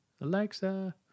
Alexa